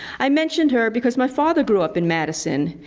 i mentioned her because my father grew up in madison,